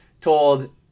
told –